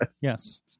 Yes